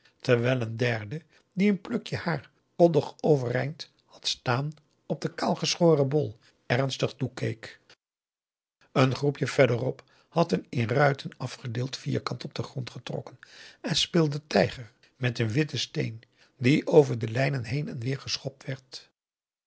terwijl een derde die een plukje haar koddig overeind had staan op den kaalgeschoren bol ernstig toekeek augusta de wit orpheus in de dessa een groepje verderop had een in ruiten afgedeeld vierkant op den grond getrokken en speelde tijger met een witten steen die over de lijnen heen en weer geschopt werd